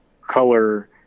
color